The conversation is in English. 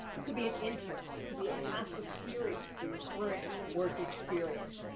it could be an interest. it could be a past experience or your current work experience.